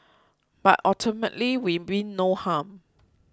but ultimately we mean no harm